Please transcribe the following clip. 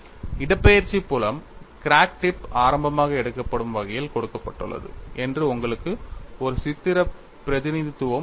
இடப்பெயர்ச்சி புலம் crack tip ஆரம்பமாக எடுக்கப்படும் வகையில் கொடுக்கப்பட்டுள்ளது என்று உங்களுக்கு ஒரு சித்திர பிரதிநிதித்துவம் உள்ளது